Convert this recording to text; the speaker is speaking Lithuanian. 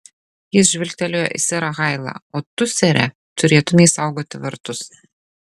jis žvilgtelėjo į serą hailą o tu sere turėtumei saugoti vartus